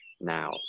now